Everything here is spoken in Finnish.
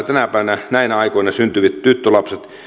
tänä päivänä näinä aikoina syntyvistä tyttölapsista